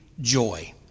joy